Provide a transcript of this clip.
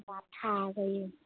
लाथा जायो